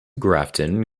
grafton